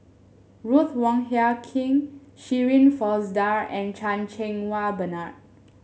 Ruth Wong Hie King Shirin Fozdar and Chan Cheng Wah Bernard